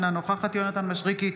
אינה נוכחת יונתן מישרקי,